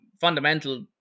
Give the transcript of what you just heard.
fundamental